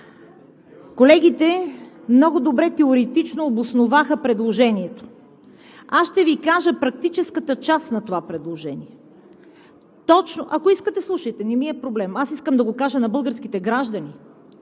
Колегите много добре теоретично обосноваха предложението. Аз ще Ви кажа предложението, ако искате, слушайте – не ми е проблем. Аз искам да го кажа на българските граждани,